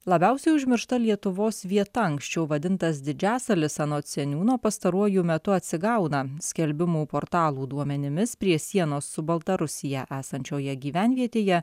labiausiai užmiršta lietuvos vieta anksčiau vadintas didžiasalis anot seniūno pastaruoju metu atsigauna skelbimų portalų duomenimis prie sienos su baltarusija esančioje gyvenvietėje